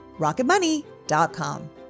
rocketmoney.com